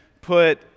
put